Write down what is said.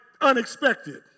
unexpected